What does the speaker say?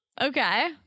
Okay